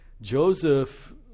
Joseph